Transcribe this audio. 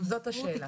זאת השאלה.